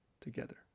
together